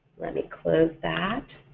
let me close that.